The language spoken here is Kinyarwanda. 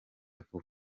vuba